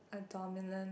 a dominant